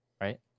right